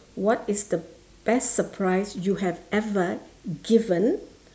what is the best surprise you have ever given